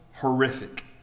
horrific